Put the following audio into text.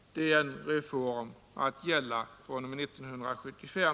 Det är en reform att gälla fr.o.m. 1975.